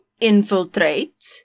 infiltrate